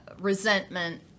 resentment